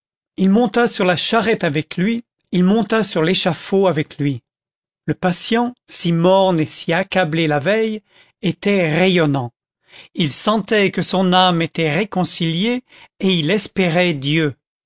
il monta sur la charrette avec lui il monta sur l'échafaud avec lui le patient si morne et si accablé la veille était rayonnant il sentait que son âme était réconciliée et il espérait dieu